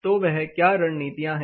तो वह क्या रणनीतियां हैं